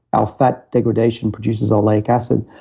our fat degradation produces oleic acid.